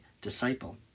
disciple